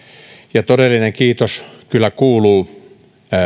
ja todellinen kiitos kyllä kuuluu